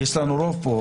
יש לנו רוב פה,